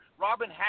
Robin